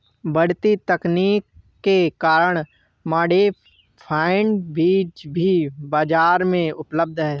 बढ़ती तकनीक के कारण मॉडिफाइड बीज भी बाजार में उपलब्ध है